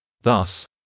Thus